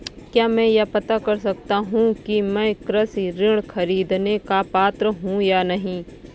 क्या मैं यह पता कर सकता हूँ कि मैं कृषि ऋण ख़रीदने का पात्र हूँ या नहीं?